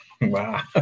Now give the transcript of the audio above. Wow